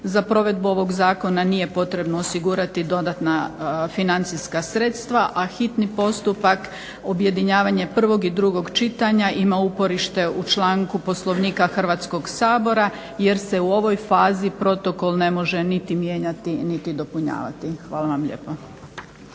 Za provedbu ovog Zakona nije potrebno osigurati dodatna financijska sredstva, a hitni postupak, objedinjavanje prvog i drugog čitanja ima uporište u članku Poslovnika Hrvatskog sabora jer se u ovoj fazi protokol ne može niti mijenajti niti dopunjavati. Hvala vam lijepa.